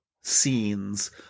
scenes